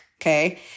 okay